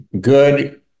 Good